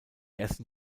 ersten